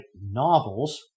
novels